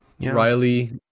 Riley